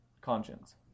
Conscience